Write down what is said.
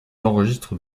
enregistrent